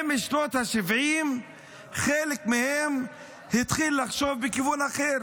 עם שנות השבעים חלק מהם התחילו לחשוב בכיוון אחר.